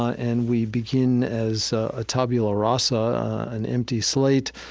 and we begin as a tabula rasa, an empty slate,